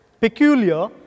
peculiar